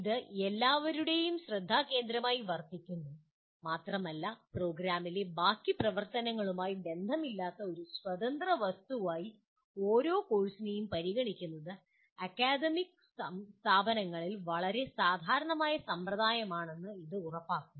ഇത് എല്ലാവരുടെയും ശ്രദ്ധാകേന്ദ്രമായി വർത്തിക്കുന്നു മാത്രമല്ല പ്രോഗ്രാമിലെ ബാക്കി പ്രവർത്തനങ്ങളുമായി ബന്ധമില്ലാത്ത ഒരു സ്വതന്ത്ര വസ്തുവായി ഓരോ കോഴ്സിനെയും പരിഗണിക്കുന്നത് അക്കാദമിക് സ്ഥാപനങ്ങളിൽ വളരെ സാധാരണമായ സമ്പ്രദായമാണെന്ന് ഇത് ഉറപ്പാക്കുന്നു